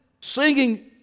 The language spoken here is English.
singing